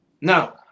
Now